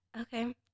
Okay